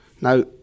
Now